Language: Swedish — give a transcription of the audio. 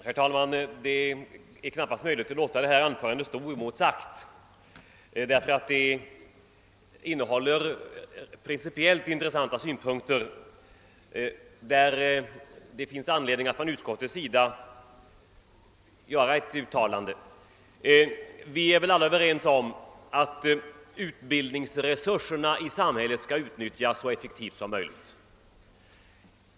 Herr talman! Det är knappast möjligt att låta herr Anderssons i Örebro anförande stå oemotsagt. Det innehåller så många principiellt intressanta synpunkter att det finns anledning att från uiskottets sida göra ett uttalande. Vi är alla överens om att samhällets utbildningsresurser skall utnyttjas så effektivt som möjligt.